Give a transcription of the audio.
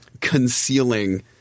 concealing